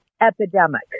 epidemic